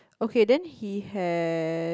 okay then he has